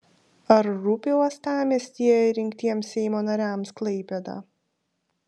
ar rūpi uostamiestyje rinktiems seimo nariams klaipėda